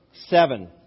Seven